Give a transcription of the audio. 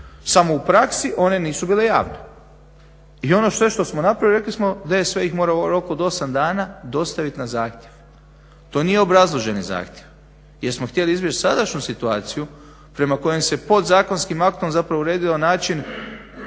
Samo u praksi one nisu bile javne. I ono sve što smo napravili, rekli smo da ih sve moramo u roku od 8 dana dostavit na zahtjev. To nije obrazloženi zahtjev jer smo htjeli izbjeći sadašnju situaciju prema kojem se pod zakonskim aktom zapravo uredio način